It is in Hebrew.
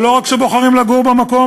ולא רק שבוחרים לגור במקום,